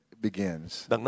begins